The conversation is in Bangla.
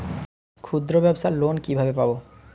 ক্ষুদ্রব্যাবসার লোন কিভাবে পাব?